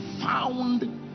found